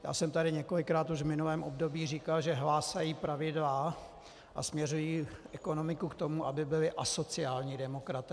Já jsem tady několikrát už v minulém období říkal, že hlásají pravidla a směřují ekonomiku k tomu, aby byli asociální demokraté.